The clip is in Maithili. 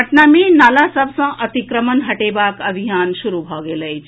पटना मे नाला सभ सॅ अतिक्रमण हटेबाक अभियान शुरू भऽ गेल अछि